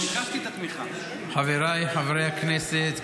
חבריי חברי הכנסת,